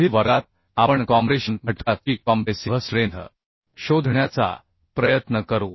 पुढील वर्गात आपण कॉम्प्रेशन घटका ची कॉम्प्रेसिव्ह स्ट्रेंथ शोधण्याचा प्रयत्न करू